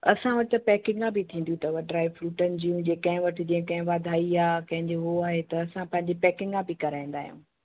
असां वटि पैकिंगां बि थींदियूं अथव ड्राई फ़्रूटनि जूं जे कंहिं वटि जीअं की वधाई आहे कंहिंजी हो आहे त असां पंहिंजी पैकिंगां बि कराईंदा आहियूं